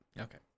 Okay